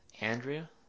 Andrea